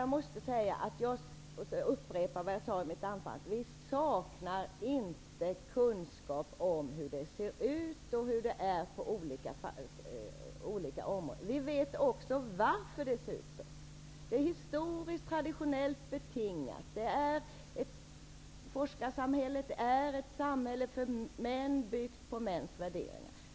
Jag måste upprepa det jag sade i mitt anförande. Vi saknar inte kunskap om hur det ser ut och hur det är på olika områden. Vi vet också varför det ser ut så. Det är historiskt, traditionellt betingat. Forskarsamhället är ett samhälle för män, byggt på mäns värderingar.